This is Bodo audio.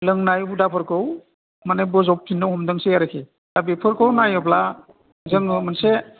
लोंनाय हुदाफोरखौ माने बजबफिननो हमदोंसै आरोखि दा बेफोरखौ नायोब्ला जोङो मोनसे